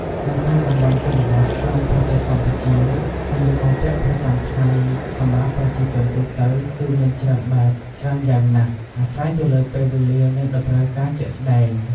នៅតាមតំបន់ជនបទក្នុងប្រទេសកម្ពុជា សម្លៀកបំពាក់ប្រចាំថ្ងៃសម្រាប់ប្រជាជនទូទៅគឺមានច្រើនបែបច្រើនយ៉ាងណាស់អាស្រ័យទៅលើពេលវេលានិងតម្រូវការជាក់ស្ដែង។